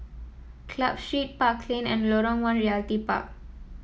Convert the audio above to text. Club Street Park Lane and Lorong One Realty Park